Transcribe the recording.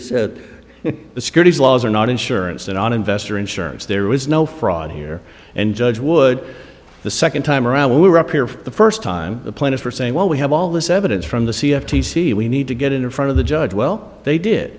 what the securities laws are not insurance and on investor insurance there is no fraud here and judge would the second time around when we were up here for the first time the plaintiffs were saying well we have all this evidence from the c f t c we need to get in front of the judge well they did